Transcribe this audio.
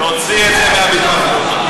תוציא את זה מהביטוח הלאומי.